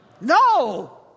No